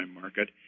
market